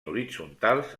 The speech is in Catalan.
horitzontals